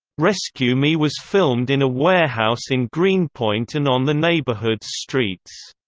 rescue me was filmed in a warehouse in greenpoint and on the neighborhood's streets.